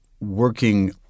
working